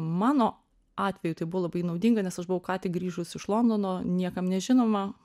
mano atveju tai buvo labai naudinga nes aš buvau ką tik grįžus iš londono niekam nežinoma